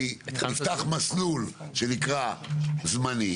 כי נפתח מסלול שנקרא זמני.